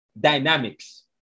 dynamics